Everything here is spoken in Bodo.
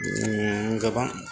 गोबां